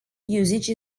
usage